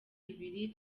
ibiri